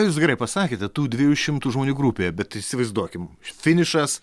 jūs gerai pasakėte tų dviejų šimtų žmonių grupė bet įsivaizduokim finišas